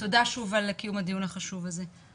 תודה שוב על קיום הדיון החשוב הזה.